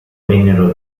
vennero